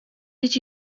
did